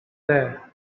there